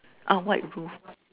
ah white booth